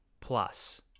plus